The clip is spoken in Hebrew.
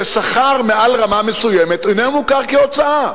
ששכר מעל רמה מסוימת אינו מוכר כהוצאה.